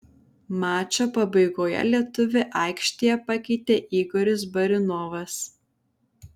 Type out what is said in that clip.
mačo pabaigoje lietuvį aikštėje pakeitė igoris barinovas